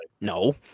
no